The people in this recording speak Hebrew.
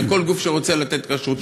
כל גוף שרוצה לתת כשרות,